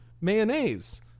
mayonnaise